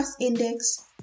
Index